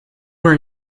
were